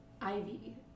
Ivy